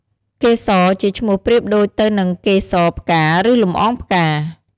កេសរ ជាឈ្មោះប្រៀបប្រដូចទៅនឹងកេសរផ្កា ឬលំអងផ្កា។